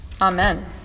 Amen